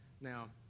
Now